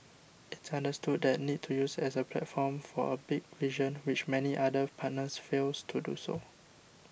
it's understood the need to use as a platform for a big vision which many other partners fails to do